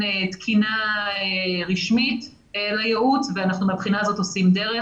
תקינה רשמית לייעוץ ומהבחינה הזאת אנחנו עושים דרך.